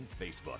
Facebook